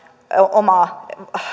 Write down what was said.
omaa